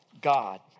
God